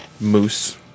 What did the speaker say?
moose